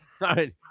right